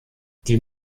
die